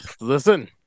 Listen